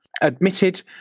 admitted